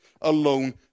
alone